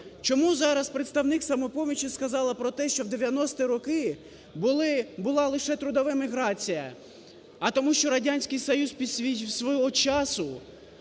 Чому зараз представник "Самопомочі" сказала про те, що в 90-і роки була лише трудова міграція? А тому що Радянський Союз свого часу,